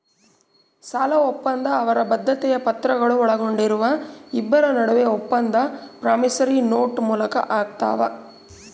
ಸಾಲಒಪ್ಪಂದ ಅವರ ಬದ್ಧತೆಯ ಪತ್ರಗಳು ಒಳಗೊಂಡಿರುವ ಇಬ್ಬರ ನಡುವೆ ಒಪ್ಪಂದ ಪ್ರಾಮಿಸರಿ ನೋಟ್ ಮೂಲಕ ಆಗ್ತಾವ